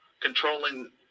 Controlling